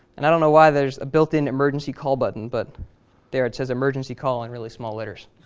and i don't know why there's a built-in emergency call button, but there, it says emergency call in really small letters.